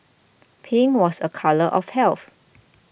pink was a colour of health